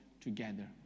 together